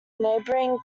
neighbouring